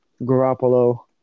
Garoppolo